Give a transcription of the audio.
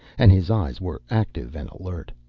and his eyes were active and alert.